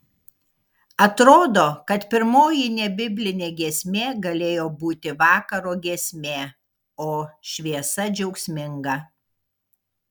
atrodo kad pirmoji nebiblinė giesmė galėjo būti vakaro giesmė o šviesa džiaugsminga